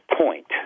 point